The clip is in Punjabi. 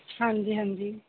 ਹਾਂਜੀ ਹਾਂਜੀ